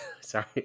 Sorry